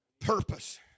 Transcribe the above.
purpose